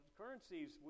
currencies